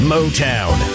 Motown